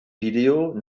video